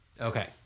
Okay